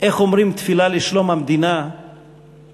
איך אומרים תפילה לשלום המדינה בבתי-הכנסת